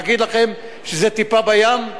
להגיד לכם שזה טיפה בים,